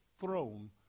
throne